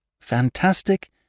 fantastic